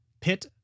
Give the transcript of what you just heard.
Pit